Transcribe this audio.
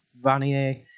Vanier